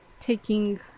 taking